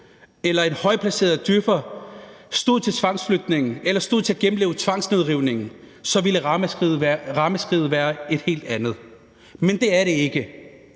til tvangsflytning eller stod til at gennemleve tvangsnedrivning, så ville ramaskriget være et helt andet. Men det er det ikke.